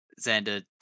Xander